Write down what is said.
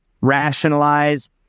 rationalize